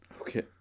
Okay